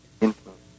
influence